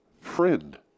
friend